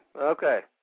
Okay